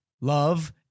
Love